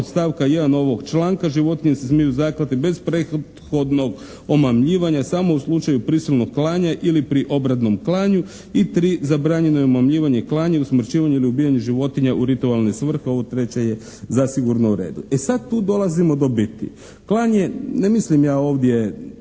od stavka 1. ovog članka: «Životinje se smiju zaklati bez prethodnog omamljivanja samo u slučaju prisilnog klanja ili pri obrednom klanju». I 3: «Zabranjeno je omamljivanje i klanje, usmrćivanje ili ubijanje životinja u ritualne svrhe». Ovo treće je zasigurno u redu. E sad tu dolazimo do biti. Klanje, ne mislim ja ovdje